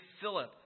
Philip